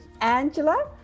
Angela